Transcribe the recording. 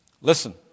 Listen